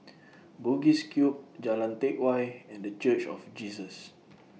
Bugis Cube Jalan Teck Whye and The Church of Jesus